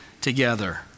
together